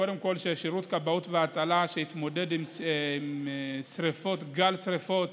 כששירות כבאות והצלה התמודד עם גל שרפות.